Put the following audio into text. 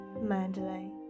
Mandalay